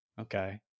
Okay